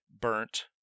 burnt